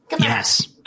Yes